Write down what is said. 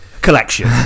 collection